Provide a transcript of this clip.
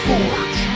Forge